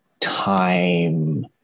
time